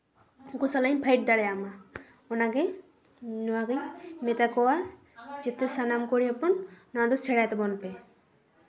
ᱩᱱᱠᱩ ᱥᱟᱞᱟᱜ ᱤᱧ ᱯᱷᱟᱭᱤᱴ ᱫᱟᱲᱮᱭᱟᱜ ᱢᱟ ᱚᱱᱟᱜᱮ ᱱᱚᱣᱟᱜᱤᱧ ᱢᱮᱛᱟ ᱠᱚᱣᱟ ᱡᱟᱛᱮ ᱥᱟᱱᱟᱢ ᱠᱩᱲᱤ ᱦᱚᱯᱚᱱ ᱱᱚᱣᱟᱫᱚ ᱥᱮᱢᱟᱭ ᱛᱟᱵᱚᱱ ᱯᱮ